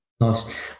Nice